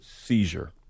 seizure